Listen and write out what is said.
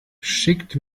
schickt